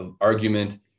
argument